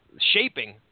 shaping